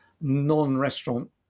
non-restaurant